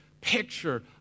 picture